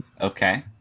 Okay